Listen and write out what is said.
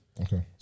Okay